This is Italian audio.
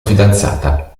fidanzata